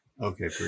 Okay